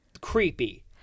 creepy